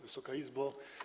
Wysoka Izbo!